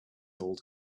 old